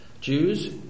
Jews